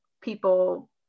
people